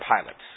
pilots